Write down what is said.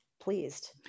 pleased